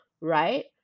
right